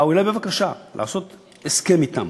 באו אלי בבקשה לעשות הסכם אתם,